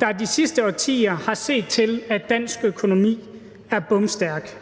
der de sidste årtier har set til, at dansk økonomi er bomstærk.